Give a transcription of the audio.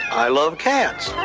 i love cats.